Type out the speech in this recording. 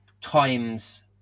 times